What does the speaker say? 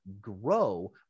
grow